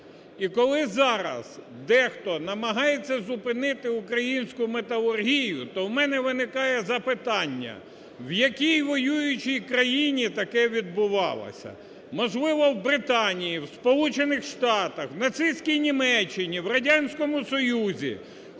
І коли зараз дехто намагається зупинити українську металургію, то у мене виникає запитання: в якій воюючій країні таке відбувалося. Можливо, в Британії, в Сполучених Штатах, нацистській Німеччині, в Радянському Союзі